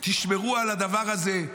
תשמרו על הדבר הזה,